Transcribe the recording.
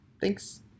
Thanks